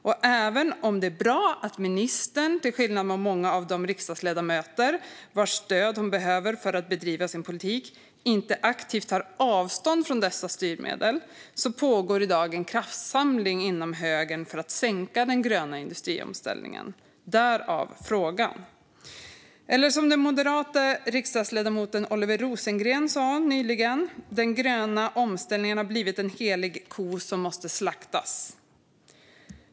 Och även om det är bra att ministern - till skillnad från många av de riksdagsledamöter vars stöd hon behöver för att bedriva sin politik - inte aktivt tar avstånd från dessa styrmedel, pågår i dag en kraftsamling inom högern för att sänka den gröna industriomställningen. Därav frågan. Eller som den moderata riksdagsledamoten Oliver Rosengren nyligen sa: Den gröna omställningen har blivit en helig ko som måste slaktas.